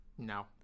No